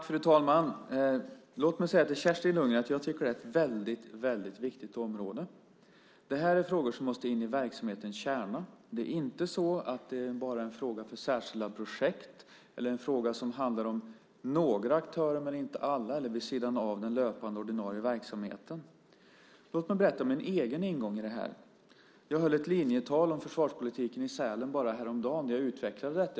Fru talman! Låt mig säga till Kerstin Lundgren att jag tycker att det här är ett väldigt viktigt område. Det här är frågor som måste in i verksamhetens kärna. Det är inte en fråga bara för särskilda projekt eller en fråga som handlar om några, men inte alla, aktörer och som finns vid sidan av den löpande ordinarie verksamheten. Låt mig berätta om min egen ingång i detta. Jag höll ett linjetal om försvarspolitiken i Sälen häromdagen där jag utvecklade detta.